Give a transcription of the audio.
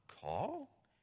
call